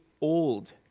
Old